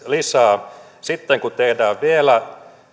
lisää kahdessa vuodessa sitten tehdään vielä